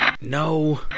no